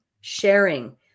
sharing